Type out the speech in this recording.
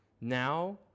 Now